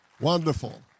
Wonderful